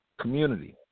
community